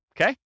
okay